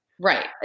Right